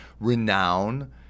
Renown